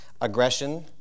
aggression